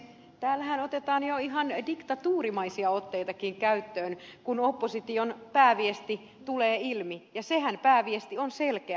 täällähän otetaan jo ihan diktatuurimaisia otteitakin käyttöön kun opposition pääviesti tulee ilmi ja sehän pääviesti on selkeä